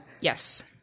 Yes